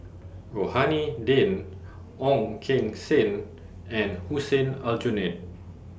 Rohani Din Ong Keng Sen and Hussein Aljunied